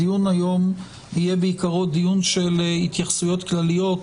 הדיון היום יהיה בעיקרו התייחסויות כלליות,